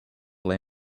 lay